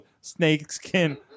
snakeskin